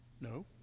No